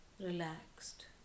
relaxed